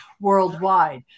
worldwide